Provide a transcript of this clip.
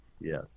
Yes